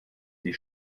die